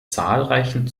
zahlreichen